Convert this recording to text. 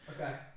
Okay